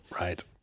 Right